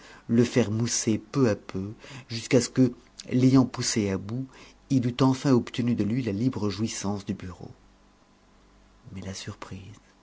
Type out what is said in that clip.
le faire mousser peu à peu jusqu'à ce que l'ayant poussé à bout il eût enfin obtenu de lui la libre jouissance du bureau mais la surprise